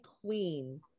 queen